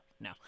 no